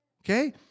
okay